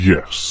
Yes